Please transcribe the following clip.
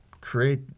create